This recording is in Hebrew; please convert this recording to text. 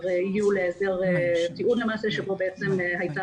הגיעו להסדר טיעון למעשה שבו בעצם הייתה